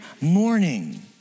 morning